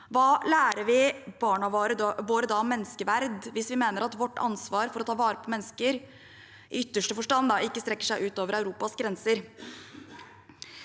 Hva lærer vi barna våre om menneskeverd hvis vi mener at vårt ansvar for å ta vare på mennesker – i ytterste forstand – ikke strekker seg utover Europas grenser?